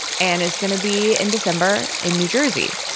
and, it's gonna be in december, in new jersey.